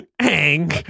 Ang